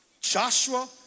Joshua